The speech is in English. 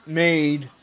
made